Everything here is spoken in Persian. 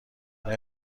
اینا